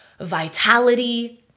vitality